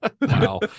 Wow